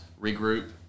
regroup